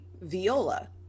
viola